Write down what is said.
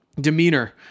demeanor